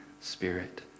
spirit